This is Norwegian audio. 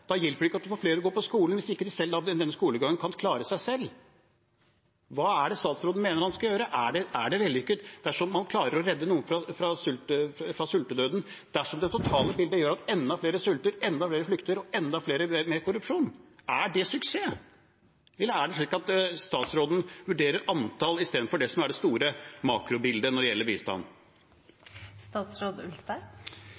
Det hjelper ikke at flere får gå på skole hvis de ikke etter denne skolegangen kan klare seg selv. Hva er det statsråden mener man skal gjøre? Er det vellykket dersom man klarer å redde noen fra sultedøden dersom det totale bildet er at enda flere sulter, enda flere flykter og enda flere driver med korrupsjon? Er det suksess? Eller er det slik at statsråden vurderer antall istedenfor det som er det store makrobildet når det gjelder bistand?